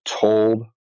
told